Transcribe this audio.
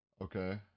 Okay